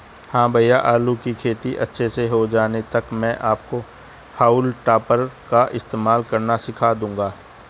हां भैया आलू की खेती अच्छे से हो जाने तक मैं आपको हाउल टॉपर का इस्तेमाल करना सिखा दूंगा